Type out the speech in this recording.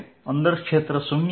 અંદર ક્ષેત્ર 0 છે